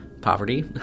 poverty